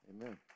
amen